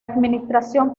administración